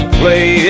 play